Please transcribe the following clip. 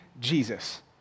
Jesus